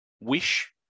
wish